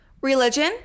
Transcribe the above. religion